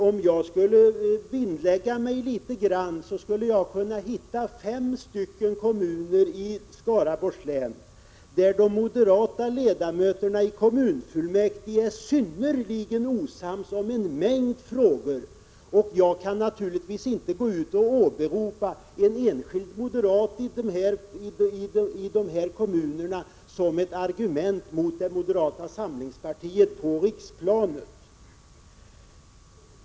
Om jag vinnlade mig om det skulle jag säkert kunna hitta fem kommuner i Skaraborgs län där de moderata ledamöterna i kommunfullmäktige är synnerligen osams om en mängd frågor, men jag skulle naturligtvis inte gå ut och åberopa en enskild moderat i någon av de kommunerna som argument mot moderata samlingspartiet på riksplanet.